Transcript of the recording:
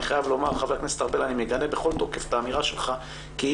אני חייב לומר לחבר הכנסת ארבל שאני מגנה בכל תוקף את האמירה שלך כאילו